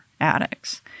addicts